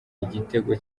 igitego